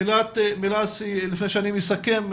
מילה לפני שאני מסכם.